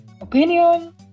opinion